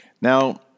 Now